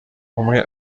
umwe